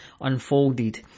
unfolded